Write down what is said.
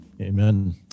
Amen